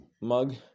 mug